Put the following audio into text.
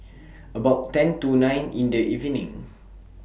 about ten to nine in The evening